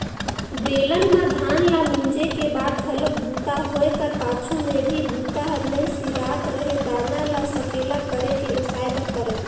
बेलन म धान ल मिंजे कर बाद घलोक बूता होए कर पाछू में भी बूता हर नइ सिरात रहें दाना ल सकेला करके ओसाय बर परय